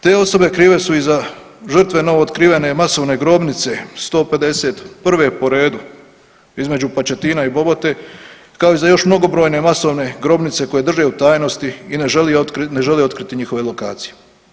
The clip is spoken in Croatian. Te osobe krive su i za žrtve novootkrivene masovne grobnice 151. po redu između Pačetina i Bobote, kao i za još mnogobrojne masovne grobnice koje drže u tajnosti i ne žele otkriti njihove lokacije.